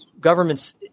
governments